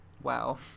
Wow